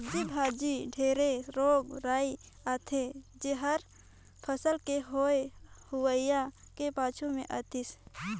सब्जी भाजी मे ढेरे रोग राई आथे जेहर फसल के होए हुवाए के पाछू मे आतिस